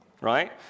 right